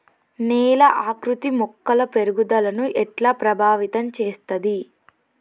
నేల ఆకృతి మొక్కల పెరుగుదలను ఎట్లా ప్రభావితం చేస్తది?